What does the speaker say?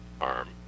arm